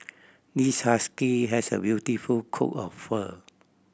this husky has a beautiful coat of fur